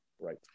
Right